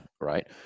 right